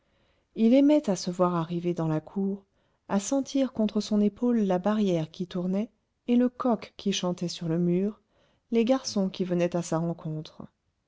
il aimait à se voir arriver dans la cour à sentir contre son épaule la barrière qui tournait et le coq qui chantait sur le mur les garçons qui venaient à sa rencontre